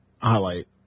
highlight